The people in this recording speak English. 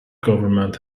government